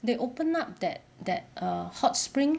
they open up that that uh hot spring